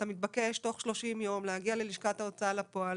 אתה מתבקש בתוך 30 ימים להגיע ללשכת ההוצאה לפועל,